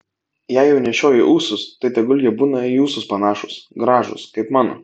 jei jau nešioji ūsus tai tegul jie būna į ūsus panašūs gražūs kaip mano